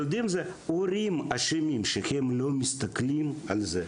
ההורים אשמים שהם לא מסתכלים על זה.